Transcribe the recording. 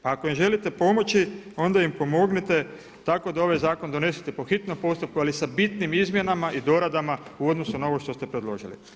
Ako im želite pomoći onda im pomognite tako da ovaj zakon donesete po hitnom postupku ali sa bitnim izmjenama i doradama u odnosu na ovo što ste predložili.